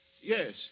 Yes